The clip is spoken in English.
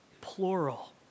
plural